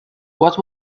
what